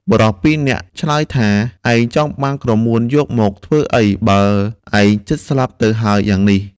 បុរសពីរនាក់ឆ្លើយថា "ឯងចង់បានក្រមួនយកមកធ្វើអ្វី! បើឯងជិតស្លាប់ទៅហើយយ៉ាងនេះ"។